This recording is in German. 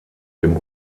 dem